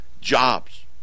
Jobs